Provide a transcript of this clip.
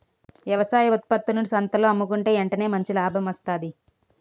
వ్యవసాయ ఉత్త్పత్తులను సంతల్లో అమ్ముకుంటే ఎంటనే మంచి లాభం వస్తాది